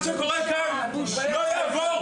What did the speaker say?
מה שקורה כאן לא יעבור.